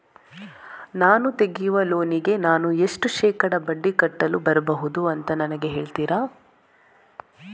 ನಾನು ತೆಗಿಯುವ ಲೋನಿಗೆ ನಾನು ಎಷ್ಟು ಶೇಕಡಾ ಬಡ್ಡಿ ಕಟ್ಟಲು ಬರ್ಬಹುದು ಅಂತ ನನಗೆ ಹೇಳ್ತೀರಾ?